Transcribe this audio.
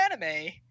anime